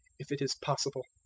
if it is possible,